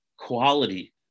quality